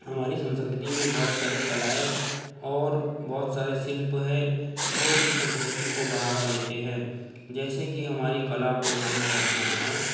हमारी संस्कृति में बहुत सारी कलाएँ और बहुत सारे शिल्प हैं जो कि संस्कृति को बढ़ावा देते हैं जैसे कि हमारी कला को ध्यान में रखना है